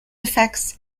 effects